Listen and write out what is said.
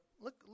look